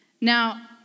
Now